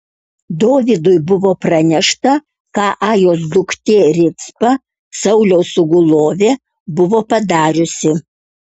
dovydui buvo pranešta ką ajos duktė ricpa sauliaus sugulovė buvo padariusi